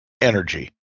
energy